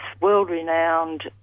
world-renowned